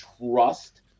trust